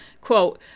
Quote